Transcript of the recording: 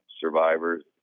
survivors